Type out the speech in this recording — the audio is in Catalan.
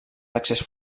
d’accés